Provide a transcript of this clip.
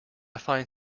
find